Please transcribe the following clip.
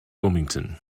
wilmington